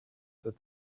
that